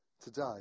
today